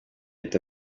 leta